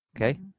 Okay